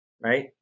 Right